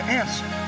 answer